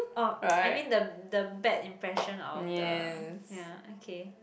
orh I mean the the bad impression of the ya okay